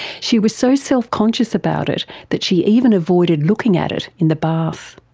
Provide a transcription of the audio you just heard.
she was so self-conscious about it that she even avoided looking at it in the bath.